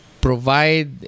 provide